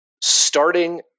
starting